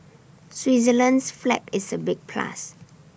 Switzerland's flag is A big plus